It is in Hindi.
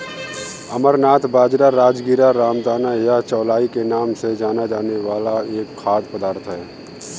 अमरनाथ बाजरा, राजगीरा, रामदाना या चौलाई के नाम से जाना जाने वाला एक खाद्य पदार्थ है